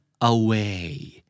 away